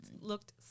looked